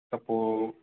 त पोइ